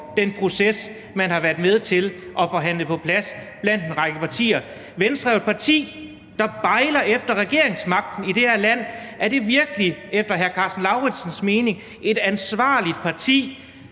den proces, man har været med til at forhandle på plads blandt en række partier. Venstre er jo et parti, der bejler til regeringsmagten i det her land. Er det virkelig, efter hr. Karsten Lauritzens mening, et ansvarligt parti,